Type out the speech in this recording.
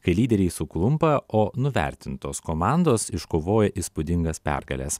kai lyderiai suklumpa o nuvertintos komandos iškovoja įspūdingas pergales